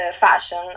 fashion